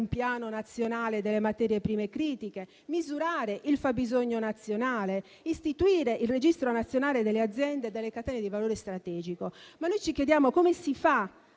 piano nazionale delle materie prime critiche, misurare il fabbisogno nazionale e istituire il Registro nazionale delle aziende e delle catene di valore strategico. Noi, però, ci chiediamo come si fa